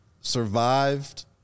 survived